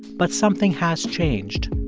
but something has changed,